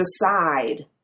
decide